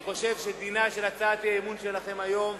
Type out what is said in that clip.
אני חושב שדינן של הצעות האי-אמון שלכם היום,